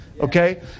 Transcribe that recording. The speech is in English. Okay